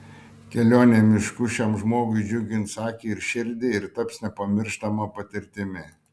kelionė mišku šiam žmogui džiugins akį ir širdį ir taps nepamirštama patirtimi